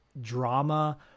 drama